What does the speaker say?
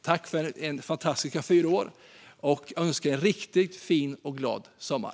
Tack för fantastiska fyra år! Jag önskar er en riktigt fin och glad sommar.